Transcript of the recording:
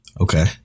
Okay